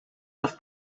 los